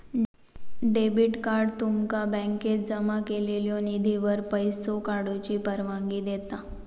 debit card तुमका बँकेत जमा केलेल्यो निधीवर पैसो काढूची परवानगी देता